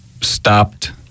stopped